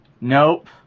nope